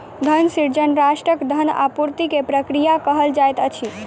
धन सृजन राष्ट्रक धन आपूर्ति के प्रक्रिया के कहल जाइत अछि